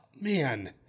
man